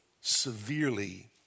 severely